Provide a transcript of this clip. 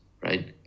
right